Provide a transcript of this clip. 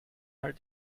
her